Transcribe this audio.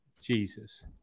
Jesus